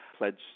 pledge